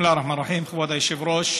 כבוד היושב-ראש,